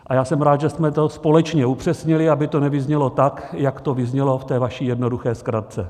A já jsem rád, že jsme to společně upřesnili, aby to nevyznělo tak, jak to vyznělo v té vaší jednoduché zkratce.